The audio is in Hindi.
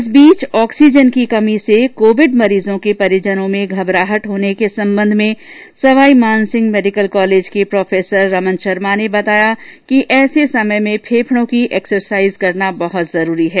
इस बीच ऑक्सीजन की कमी से कोविड मरीजों के परिजनों में घबराहट होने के संबंध में सवाईमानसिंह मैडिकल कॉलेज के प्रोफेसर रमन शर्मा ने बताया कि ऐसे समय में फेफड़ों की एक्रसाईज करना बहुत जरूरी है